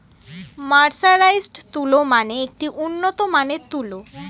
mercerised তুলো মানে একটি উন্নত মানের তুলো